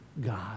God